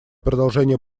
продолжения